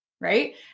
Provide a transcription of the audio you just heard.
Right